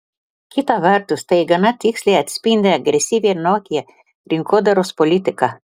kita vertus tai gana tiksliai atspindi agresyvią nokia rinkodaros politiką